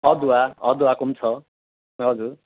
अदुवा अदुवाको पनि छ हजुर